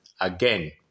again